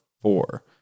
four